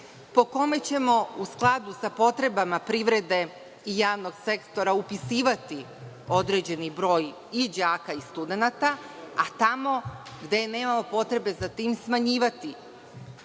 po kome ćemo, u skladu sa potrebama privrede i javnog sektora, upisivati određeni broj i đaka i studenata, a tamo gde nemamo potrebe za tim smanjivati